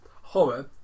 horror